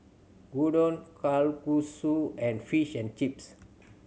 Gyudon Kalguksu and Fish and Chips